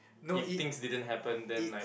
if things didn't happen then like